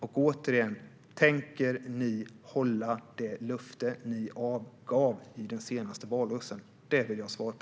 Och tänker ni hålla det löfte ni avgav i den senaste valrörelsen? Det vill jag ha svar på.